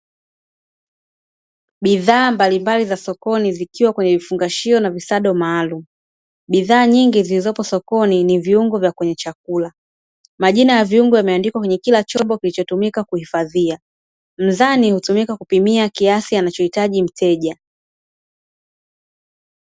Bidhaa mbalimbali za sokoni zikiwa kwenye vifungashio na visado maalumu. Bidhaa nyingi zilizopo sokoni ni viungo vya kwenye chakula, majina ya viungo yameandikwa kwenye kila chombo kilichotumika kuhifadhia. Mzani hutumika kupimia kiasi anachohitaji mteja.